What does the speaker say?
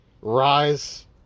rise